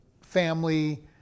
family